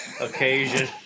occasion